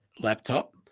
laptop –